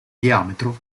diametro